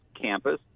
campus